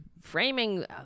framing